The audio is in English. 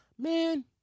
Man